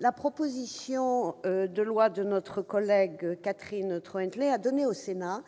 la proposition de loi de Mme Catherine Troendlé a donné au Sénat